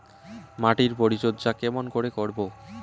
মাটির পরিচর্যা কেমন করে করব?